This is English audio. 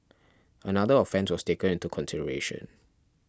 another offence was taken into consideration